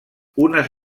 unes